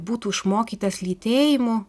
būtų išmokytas lytėjimo